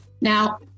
Now